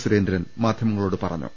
സുരേന്ദ്രൻ മാധ്യമങ്ങളോട് പറഞ്ഞു